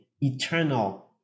eternal